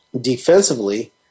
Defensively